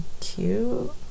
cute